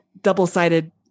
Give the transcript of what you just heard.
double-sided